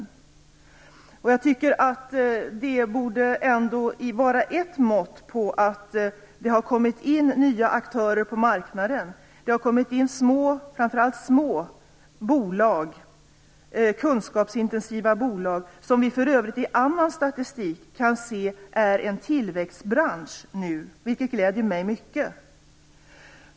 Detta borde vara ett mått på att det ändå har kommit in nya aktörer på marknaden. Det har kommit in framför allt små kunskapsintensiva bolag, som vi för övrigt i annan statistik kan se är en tillväxtbransch nu. Det gläder mig mycket.